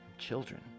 children